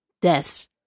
deaths